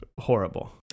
horrible